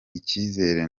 icyizere